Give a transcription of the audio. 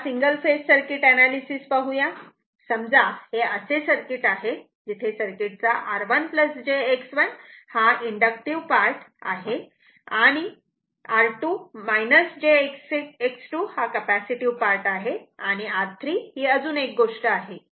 आता single phase circuit analysis पाहूया समजा हे असे सर्किट आहे सर्किट चा R1 jX1 हा इंडक्टिव्ह पार्ट आहे आणि R2 jX2 हा कॅपॅसिटीव्ह पार्ट आहे आणि R3 ही अजून एक गोष्ट आहे